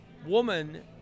woman